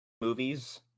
movies